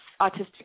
autistic